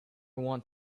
want